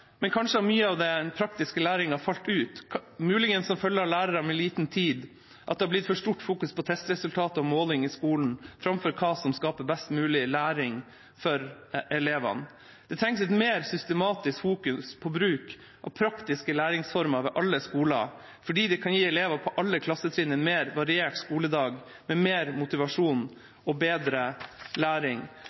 men kanskje har mye av den praktiske læringen falt ut, muligens som følge av lærere med liten tid, at det har blitt fokusert for mye på testresultater og måling i skolen, framfor hva som skaper best mulig læring for elevene. Det trengs at man fokuserer mer systematisk på bruk av praktiske læringsformer ved alle skoler, fordi det kan gi elever på alle klassetrinn en mer variert skoledag med større motivasjon og bedre læring.